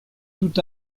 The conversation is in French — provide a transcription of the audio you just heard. tout